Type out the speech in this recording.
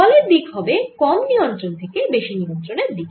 বলের দিক হবে কম নিয়ন্ত্রণ থেকে বেশি নিয়ন্ত্রণের দিকে